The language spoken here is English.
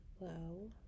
low